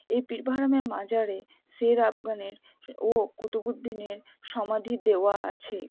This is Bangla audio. এই পীর বাহারামের মাজারে শের আফগানের ও কুতুবউদ্দিনের সমাধি দেওয়া আছে